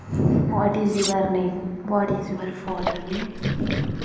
what is your name what is your father name